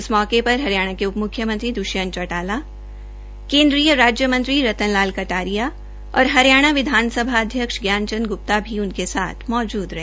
इस मौके पर हरियाणा के उप मुख्यमंत्री दृष्यंत चौटाला राज्य मंत्री केन्द्रीय राज्य मंत्री रतन लाल कटारिया और हरियाणा विधानसभा के अध्यक्ष ज्ञान चंद गएता भी उनके साथ मौजुद रहे